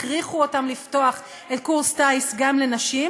הכריחו אותם לפתוח את קורס טיס גם לנשים?